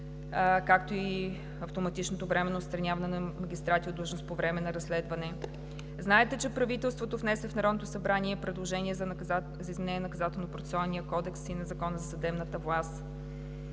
както и автоматичното временно отстраняване на магистрати от длъжност по време на разследване. Знаете, че правителството внесе в Народното събрание предложение за изменение на НПК и на Закона за съдебната власт,